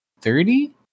thirty